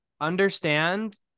understand